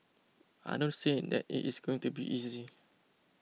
I don't say that it it's going to be easy